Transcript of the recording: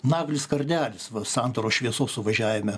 naglis kardelis santaros šviesos suvažiavime